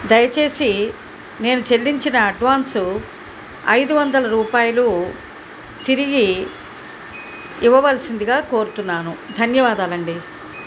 దయచేసి నేను చెల్లించిన అడ్వాన్సు ఐదు వందల రూపాయలు తిరిగి ఇవ్వవలసిందిగా కోరుతున్నాను ధన్యవాదాలండి